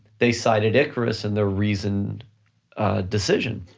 they cited icarus in the reasoned decision.